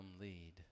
lead